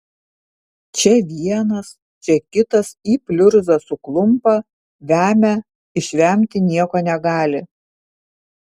čia vienas čia kitas į pliurzą suklumpa vemia išvemti nieko negali